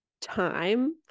time